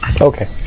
Okay